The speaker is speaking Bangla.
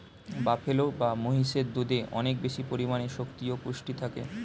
বাফেলো বা মহিষের দুধে অনেক বেশি পরিমাণে শক্তি ও পুষ্টি থাকে